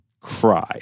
Cry